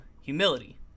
humility